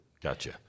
Gotcha